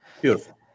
Beautiful